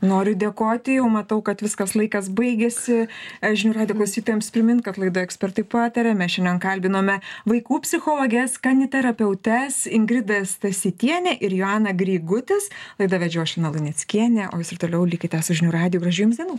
noriu dėkoti jau matau kad viskas laikas baigiasi a žinių radijo klausytojams primint kad laidoje ekspertai pataria mes šiandien kalbinome vaikų psichologes kaniterapeutes ingridą stasytienę ir joaną grigutis laidą vedžiau aš lina luneckienė o jūs ir toliau likite su žinių radiju gražių jums dienų